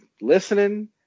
listening